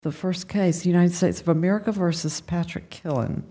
the first case united states of america versus patrick killen